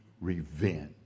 revenge